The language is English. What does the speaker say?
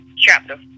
chapter